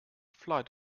flight